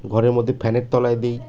ঘরের মধ্যে ফ্যানের তলায় দিই